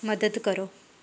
ਮਦਦ ਕਰੋ